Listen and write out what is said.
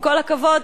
עם כל הכבוד,